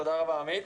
תודה רבה עמית,